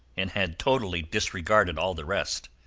and had totally disregarded all the rest.